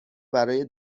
برای